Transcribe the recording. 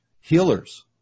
healers